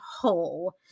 whole